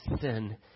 sin